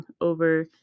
over